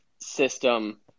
system